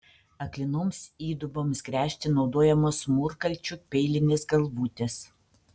aklinoms įduboms gręžti naudojamos mūrkalčių peilinės galvutės